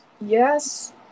yes